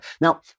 Now